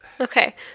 Okay